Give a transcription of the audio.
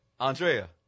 Andrea